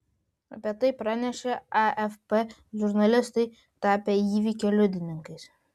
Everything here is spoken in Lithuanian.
apie tai pranešė afp žurnalistai tapę įvykio liudininkais